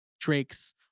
Drake's